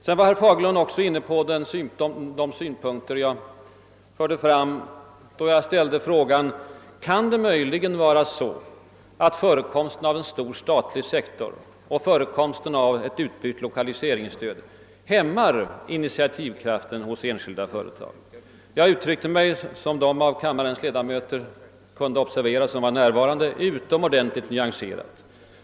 Herr Fagerlund berörde också de synpunkter jag framförde då jag ställde frågan: Kan det möjligen vara så att förekomsten av en stor statlig sektor och förekomsten av ett brett lokaliseringsstöd hämmar initiativkraften hos enskilda företag? Jag uttryckte mig, som de då närvarande kammarledamöterna kunde observera, utomordentligt nyanserat.